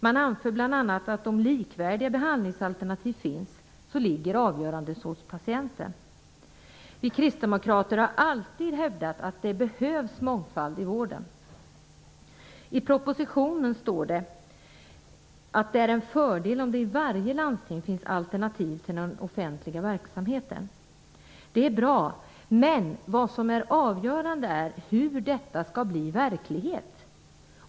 Man anför bl.a. att om likvärdiga behandlingsalternativ finns så ligger avgörandet hos patienten. Vi kristdemokrater har alltid hävdat att det behövs mångfald i vården. I propositionen står det att det är en fördel om det i varje landsting finns alternativ till den offentliga verksamheten. Det är bra, men det som är avgörande är hur detta skall bli verklighet.